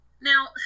Now